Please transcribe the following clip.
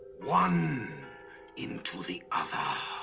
one into the other